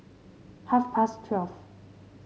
half past twelve